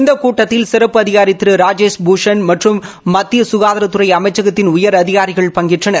இந்த கூட்டத்தில் சிறப்பு அதிகாரி திரு ராஜேஷ் பூஷன் மற்றும் மத்திய ககாதாரத்துறை அமைச்சகத்தின் உயரதிகாரிகள் பங்கேற்றனர்